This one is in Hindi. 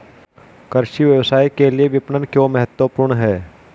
कृषि व्यवसाय के लिए विपणन क्यों महत्वपूर्ण है?